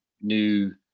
New